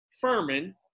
Furman